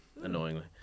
annoyingly